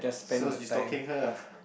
so you stalking her ah